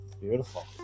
Beautiful